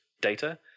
data